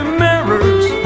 mirrors